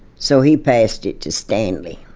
so he passed it to stanley.